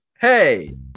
Hey